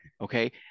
Okay